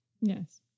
Yes